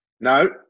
No